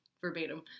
verbatim